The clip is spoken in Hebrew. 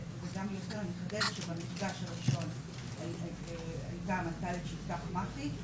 אני אחדד שבמפגש הראשון הייתה המנכ"לית של איתך מעכי,